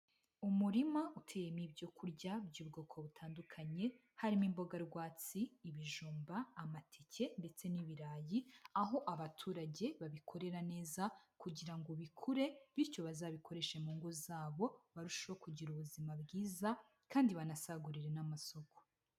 Umurima uteyemo ibyo kurya by'ubwoko butandukanye, harimo imboga rwatsi, ibijumba, amateke ndetse n'ibirayi, aho abaturage babikorera neza kugira ngo bikure, bityo bazabikoreshe mu ngo zabo, barusheho kugira ubuzima bwiza kandi banasagurire n'amasoko.